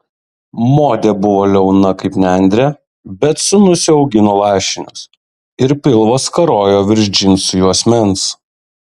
modė buvo liauna kaip nendrė bet sūnus jau augino lašinius ir pilvas karojo virš džinsų juosmens